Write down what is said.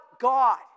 God